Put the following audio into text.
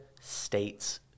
states